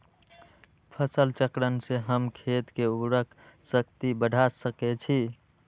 फसल चक्रण से हम खेत के उर्वरक शक्ति बढ़ा सकैछि?